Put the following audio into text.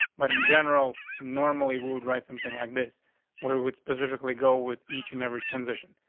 but in general normally would write something like this where would specifically go with each and every transition.